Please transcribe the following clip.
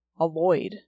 avoid